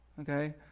okay